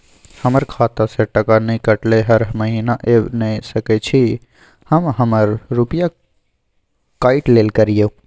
हमर खाता से टका नय कटलै हर महीना ऐब नय सकै छी हम हमर रुपिया काइट लेल करियौ?